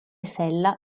sella